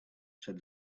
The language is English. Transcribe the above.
said